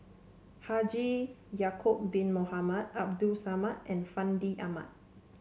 Haji Ya'acob Bin Mohamed Abdul Samad and Fandi Ahmad